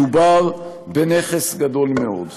מדובר בנכס גדול מאוד.